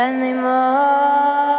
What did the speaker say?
anymore